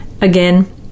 Again